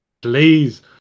please